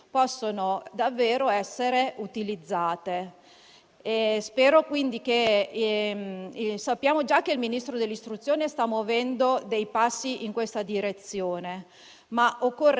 su cui si deve basare una seria politica per la sovranità digitale e tecnologica che l'Italia deve attuare e integrare sapientemente nell'ambito della realtà europea.